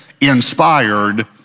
Inspired